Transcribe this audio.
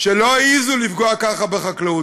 שלא העזו לפגוע ככה בחקלאות,